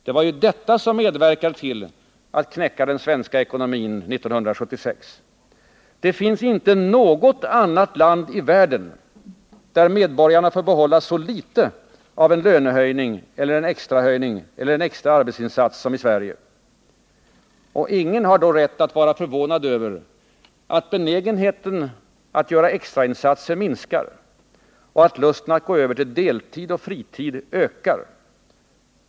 Det var ju detta som medverkade till att knäcka den svenska ekonomin 1976. Det finns inte något annat land i världen, där medborgarna får behålla så litet av en lönehöjning eller en extrahöjning eller en extra arbetsinsats som i Sverige. Ingen har då rätt att vara förvånad över att benägenheten att göra extra insatser minskar och lusten att gå över till deltid och fritid ökar.